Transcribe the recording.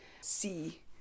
see